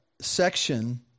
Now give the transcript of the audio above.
section